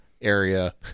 area